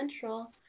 Central